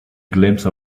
glimpse